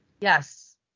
Yes